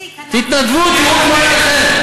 תתנדבו, תראו במו עיניכם.